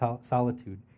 solitude